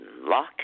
Lock